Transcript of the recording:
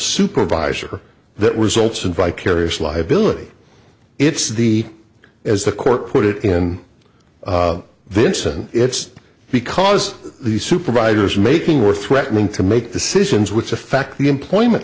supervisor that results in vicarious liability it's the as the court put it in vinson it's because the supervisors making were threatening to make decisions which affect the employment